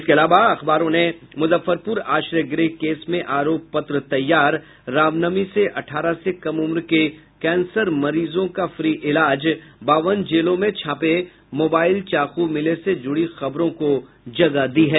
इसके अलावा अखबारों ने मुजफ्फरपुर आश्रय गृह केस में आरोप पत्र तैयार रामनवमी से अठारह से कम उम्र के कैंसर मरीजों का फ्री इलाज बावन जेलों में छापे मोबाईल चाकू मिले से जुड़ी खबरों को जगह दी है